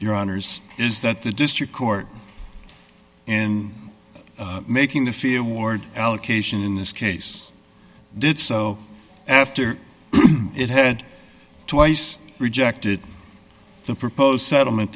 your honour's is that the district court and making the fia ward allocation in this case did so after it had twice rejected the proposed settlement